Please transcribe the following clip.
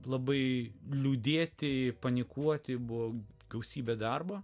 labai liūdėti panikuoti buvo gausybė darbo